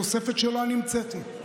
תוספת שלא אני המצאתי,